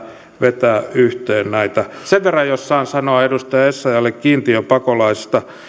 vetää yhteen näitä sen verran jos saan sanoa edustaja essayahlle kiintiöpakolaisista